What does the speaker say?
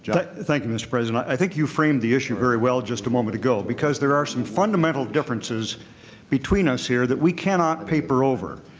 yeah thank you, mr. president. i think you framed the issue very well just a moment ago, because there are some fundamental differences between us here that we cannot paper over.